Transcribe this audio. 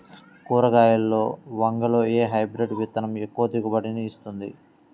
కూరగాయలలో వంగలో ఏ హైబ్రిడ్ విత్తనం ఎక్కువ దిగుబడిని ఇస్తుంది?